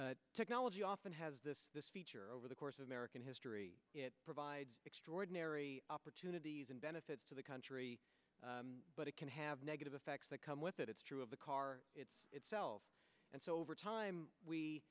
technology often has this feature over the course of american history it provides extraordinary opportunities and benefits to the country but it can have negative effects that come with it it's true of the car itself and so over time we